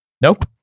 Nope